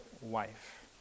wife